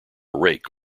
rake